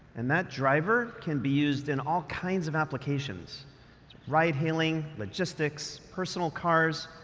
and that driver can be used in all kinds of applications ride hailing, logistics, personal cars,